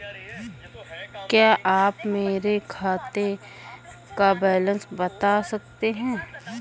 क्या आप मेरे खाते का बैलेंस बता सकते हैं?